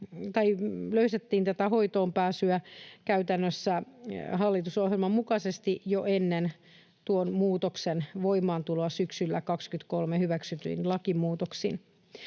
löysättiin tätä hoitoonpääsyä käytännössä hallitusohjelman mukaisesti jo ennen tuon muutoksen voimaantuloa syksyllä 23 hyväksytyin lakimuutoksin.